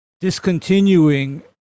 discontinuing